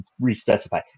re-specify